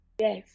Yes